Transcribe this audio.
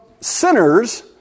sinners